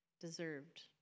deserved